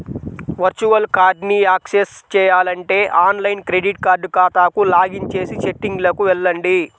virtual కార్డ్ని access చేయాలంటే online credit card ఖాతాకు లాగిన్ చేసి సెట్టింగ్లకు వెళ్లండి